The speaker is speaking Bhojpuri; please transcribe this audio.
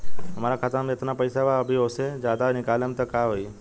हमरा खाता मे जेतना पईसा बा अभीओसे ज्यादा निकालेम त का होई?